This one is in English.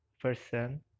person